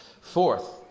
Fourth